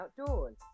outdoors